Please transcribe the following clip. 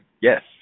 Yes